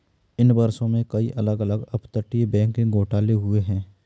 इन वर्षों में, कई अलग अलग अपतटीय बैंकिंग घोटाले हुए हैं